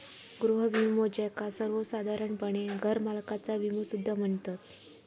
गृह विमो, ज्याका सर्वोसाधारणपणे घरमालकाचा विमो सुद्धा म्हणतत